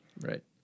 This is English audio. Right